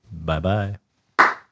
Bye-bye